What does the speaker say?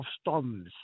storms